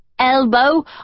elbow